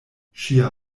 ŝia